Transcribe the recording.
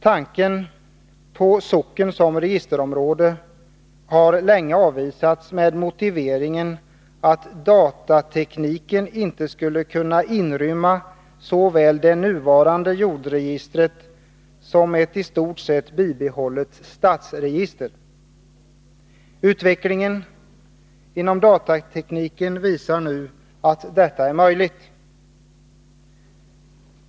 Tanken på socken som registerområde har länge avvisats med motiveringen att datatekniken inte skulle kunna inrymma både det nuvarande jordregistret och ett i stort sett bibehållet stadsregister. Utvecklingen inom datatekniken visar nu att detta är möjligt.